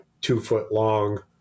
two-foot-long